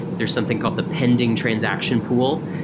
there's something called the pending transaction pool,